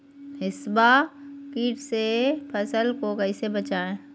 हिसबा किट से फसल को कैसे बचाए?